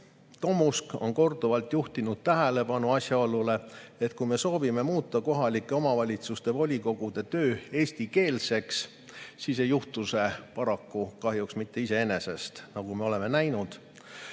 Tomusk on korduvalt juhtinud tähelepanu asjaolule, et kui me soovime muuta kohalike omavalitsuste volikogude töö eestikeelseks, siis ei juhtu see paraku kahjuks mitte iseenesest, nagu me oleme näinud,